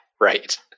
right